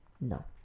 No